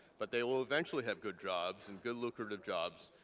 but they will eventually have good jobs and good, lucrative jobs.